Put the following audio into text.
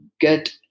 get